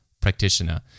practitioner